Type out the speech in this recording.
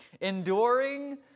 enduring